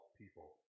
people